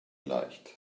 leicht